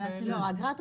כן.